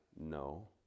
No